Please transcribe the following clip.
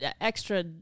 extra